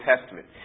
Testament